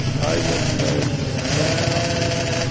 i was then ten-and-a-half years um